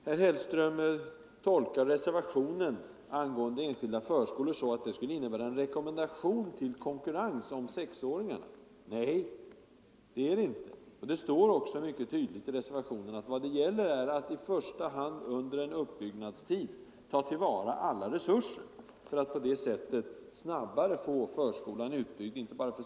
Herr Hellström tolkar reservationen angående enskilda förskolor så, att den skulle innebära en rekommendation till konkurrens om sexåringarna. Det gör den inte. Det står mycket tydligt i reservationen att vad det gäller är att i första hand under en uppbyggnadstid ta till vara alla resurser för att på det sättet snabbare få förskolan utbyggd.